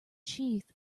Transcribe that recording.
sheath